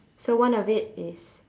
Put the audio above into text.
so one of it is